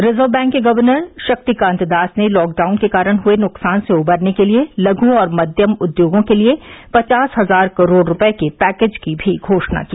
reserve Bank के governor Shaktikanta Das ने lockdown के कारण हुए नुकसान से उबरने के लिये लघु और मध्यम उद्योगों के लिए पचास हजार करोड़ रुपये के पैकेज की भी घोषणा की